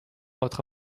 votre